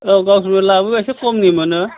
औ गावसोरनिफ्राय लाबोबा एसे खमनि मोनो